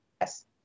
yes